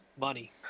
money